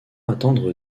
attendre